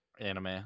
anime